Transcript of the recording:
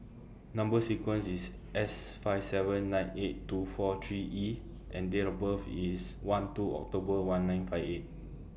Number sequence IS S five seven nine eight two four three E and Date of birth IS one two October one nine five eight